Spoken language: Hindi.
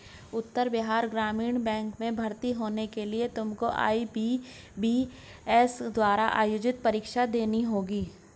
उत्तर बिहार ग्रामीण बैंक में भर्ती होने के लिए तुमको आई.बी.पी.एस द्वारा आयोजित परीक्षा देनी होगी